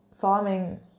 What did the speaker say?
farming